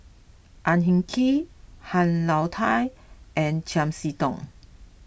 Ang Hin Kee Han Lao Da and Chiam See Tong